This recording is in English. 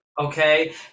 Okay